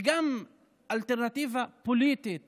וגם אלטרנטיבה פוליטית